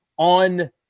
On